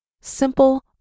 Simple